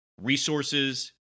Resources